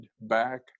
back